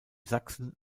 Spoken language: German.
sachsen